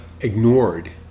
ignored